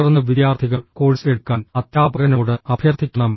തുടർന്ന് വിദ്യാർത്ഥികൾ കോഴ്സ് എടുക്കാൻ അധ്യാപകനോട് അഭ്യർത്ഥിക്കണം